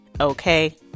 Okay